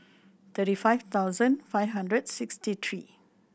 thirty five thousand five hundred sixty three